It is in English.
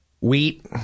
Wheat